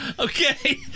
Okay